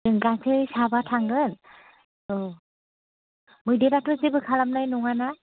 जों गासै साबा थांगोन औ मैदेराथ' जेबो खालामनाय नङा ना